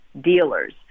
dealers